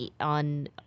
on